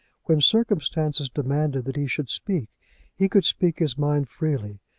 when circumstances demanded that he should speak he could speak his mind freely,